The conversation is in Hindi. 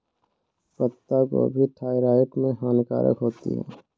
पत्ता गोभी थायराइड में हानिकारक होती है